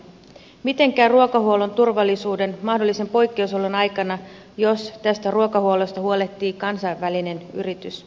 miten käy ruokahuollon turvallisuuden mahdollisen poikkeusolon aikana jos tästä ruokahuollosta huolehtii kansainvälinen yritys